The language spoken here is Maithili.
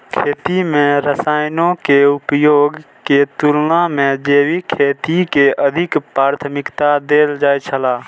खेती में रसायनों के उपयोग के तुलना में जैविक खेती के अधिक प्राथमिकता देल जाय छला